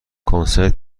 کنسرت